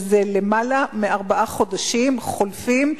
שזה למעלה מארבעה חודשים חולפים,